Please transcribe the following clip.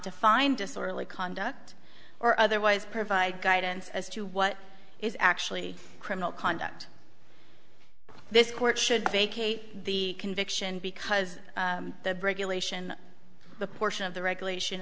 define disorderly conduct or otherwise provide guidance as to what is actually criminal conduct this court should vacate the conviction because the break elation of the portion of the regulation